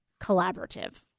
collaborative